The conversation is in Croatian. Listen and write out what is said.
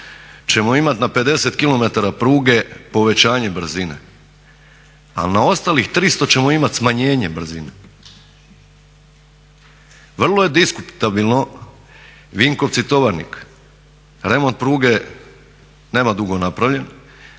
ćemo imati na 50 km pruge povećanje brzine, a na ostalih 300 ćemo imati smanjenje brzine. Vrlo je diskutabilno Vinkovci-Tovarnik remont pruge nema dugo napravljen,